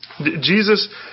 Jesus